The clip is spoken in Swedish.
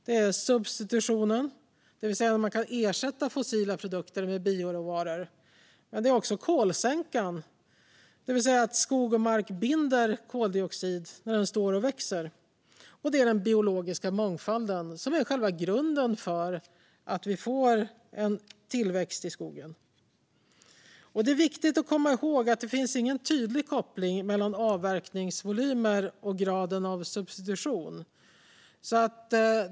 Det första är substitutionen, det vill säga att man kan ersätta fossila produkter med bioråvaror. Det andra är kolsänkan, det vill säga att skog och mark binder koldioxid när skogen står och växer. Det tredje är den biologiska mångfalden, som är själva grunden för att vi får tillväxt i skogen. Det är viktigt att komma ihåg att det inte finns någon koppling mellan avverkningsvolymer och graden av substitution.